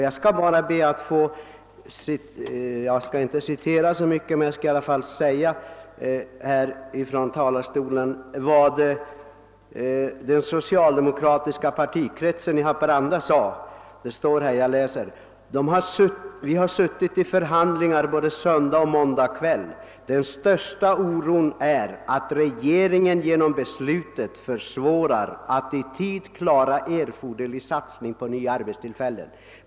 Jag skall be att från denna talarstol få framföra vad den socialdemokratiska partikretsen i Haparanda har sagt. Kretsen skriver: »Vi har suttit i förhandlingar både söndag och måndag kväll. Den största oron är att regeringen genom beslutet försvårar att i tid klara erforderlig satsning på nya arbetstillfällen.